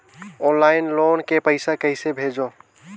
Online loan के पईसा कइसे भेजों?